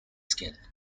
skin